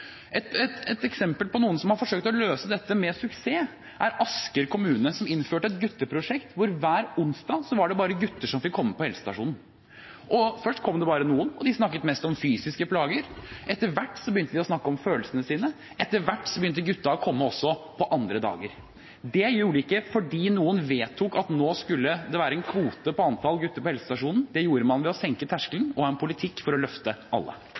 Et eksempel på noen som har forsøkt å løse dette med suksess, er Asker kommune, som innførte et gutteprosjekt hvor det hver onsdag bare var gutter som fikk komme på helsestasjonen. Først kom det bare noen, og de snakket mest om fysiske plager. Etter hvert begynte de å snakke om følelsene sine. Etter hvert begynte guttene å komme også på andre dager. Det gjorde de ikke fordi noen vedtok at nå skulle det være en kvote på antall gutter på helsestasjonen. Det gjorde man ved å senke terskelen og ved å ha en politikk for å løfte alle.